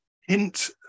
hint